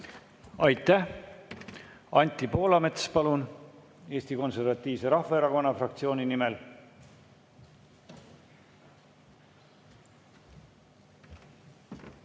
Aitäh! Anti Poolamets, palun, Eesti Konservatiivse Rahvaerakonna fraktsiooni nimel!